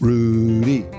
Rudy